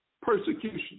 persecution